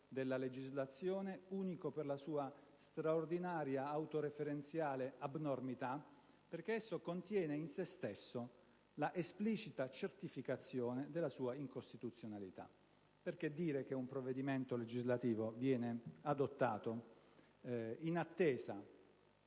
della legislazione, unico per la sua straordinaria autoreferenziale abnormità, perché contiene in se stesso l'esplicita certificazione della sua incostituzionalità. Mi riferisco al fatto di dire che un provvedimento legislativo viene adottato in attesa